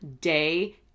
day